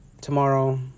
tomorrow